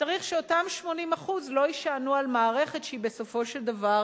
צריך שאותם 80% לא יישענו על מערכת שבסופו של דבר